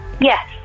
Yes